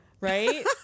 Right